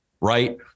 right